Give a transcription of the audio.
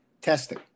Testing